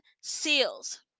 seals